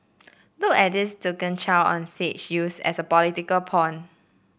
look at this token child on stage used as a political pawn